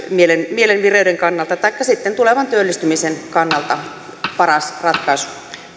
mielenvireyden kannalta taikka sitten tulevan työllistymisen kannalta paras ratkaisu